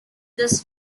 this